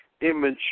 image